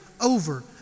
over